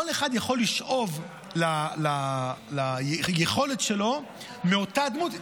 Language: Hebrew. כל אחד יכול לשאוב ליכולת שלו מאותה דמות.